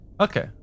Okay